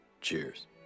Cheers